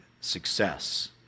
success